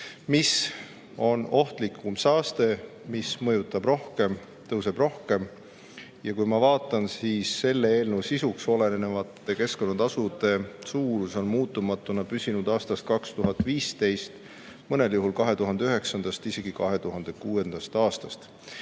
mis on ohtlikum saaste, mis mõjutab rohkem, [selle tasu] tõuseb rohkem. Ja kui ma vaatan, siis selle eelnõu sisuks olevate keskkonnatasude suurus on muutumatuna püsinud aastast 2015, mõnel juhul 2009. ja isegi 2006. aastast.